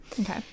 Okay